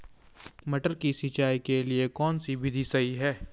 मटर की सिंचाई के लिए कौन सी विधि सही है?